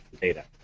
data